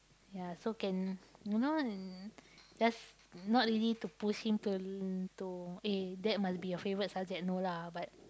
ya so can you know uh that's not easy to push him to uh to eh that must be your favourite subject no lah but